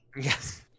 Yes